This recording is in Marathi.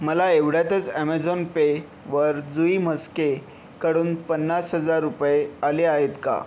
मला एवढ्यातच ॲमेझॉन पेवर जुई म्हस्केकडून पन्नास हजार रुपये आले आहेत का